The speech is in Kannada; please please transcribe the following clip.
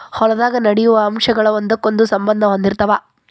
ಹೊಲದಾಗ ನಡೆಯು ಅಂಶಗಳ ಒಂದಕ್ಕೊಂದ ಸಂಬಂದಾ ಹೊಂದಿರತಾವ